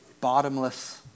bottomless